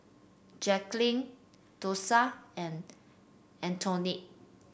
Jacklyn Dosha and Antoine